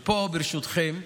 ופה, ברשותכם,